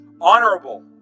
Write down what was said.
honorable